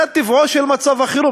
זה טבעו של מצב החירום,